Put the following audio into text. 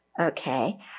okay